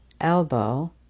elbow